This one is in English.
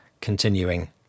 Continuing